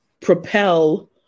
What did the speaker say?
propel